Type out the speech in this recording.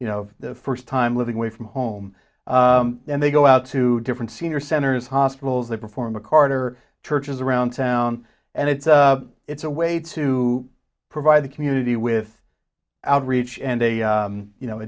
you know the first time living away from home and they go out to different senior centers hospitals they perform a carter churches around town and it's it's a way to provide the community with outreach and a you know a